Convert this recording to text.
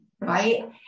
right